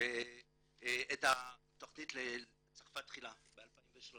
את התכנית "צרפת תחילה" ב-2013.